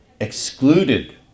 excluded